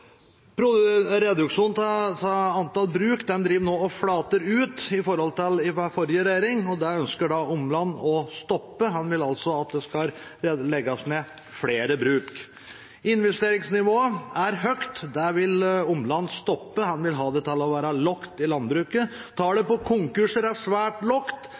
Reduksjonen av antall bruk flater nå ut i forhold til under forrige regjering. Det ønsker Omland å stoppe, han vil altså at det skal legges ned flere bruk. Investeringsnivået er høyt. Det vil Omland stoppe, han vil ha det til å være lavt i landbruket. Tallet på konkurser er svært